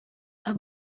aba